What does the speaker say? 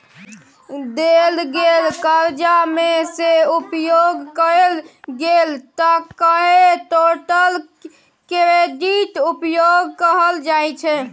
देल गेल करजा मे सँ उपयोग कएल गेल टकाकेँ टोटल क्रेडिट उपयोग कहल जाइ छै